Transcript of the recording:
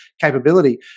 capability